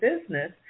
business